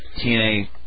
TNA